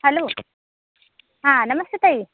hello हा नमस्ते ताई